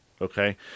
okay